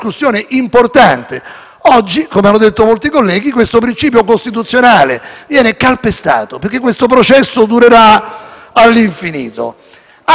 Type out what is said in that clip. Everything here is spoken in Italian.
Oggi, come hanno detto molti colleghi, questo principio costituzionale viene calpestato, perché questo processo durerà all'infinito. Anzi, i